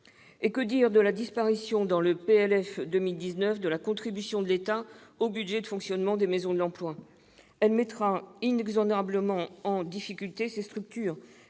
Que dire de la disparition dans ce projet de loi de finances de la contribution de l'État au budget de fonctionnement des maisons de l'emploi ? Elle mettra inexorablement en difficulté ces structures.